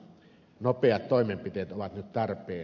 nopeat toimenpiteet ovat nyt tarpeen